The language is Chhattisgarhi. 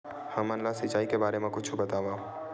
हमन ला सिंचाई के बारे मा कुछु बतावव?